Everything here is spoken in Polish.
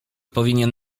powinien